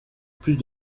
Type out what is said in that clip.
plus